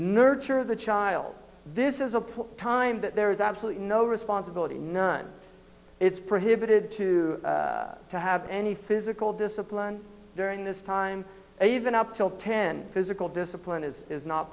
nurture the child this is a part time that there is absolutely no responsibility none it's pretty habited to to have any physical discipline during this time and even up till ten physical discipline is is not